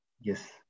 Yes